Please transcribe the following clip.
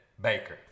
Baker